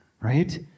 right